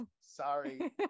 Sorry